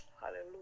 Hallelujah